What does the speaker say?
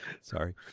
sorry